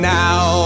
now